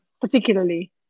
particularly